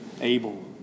Abel